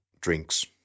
drinks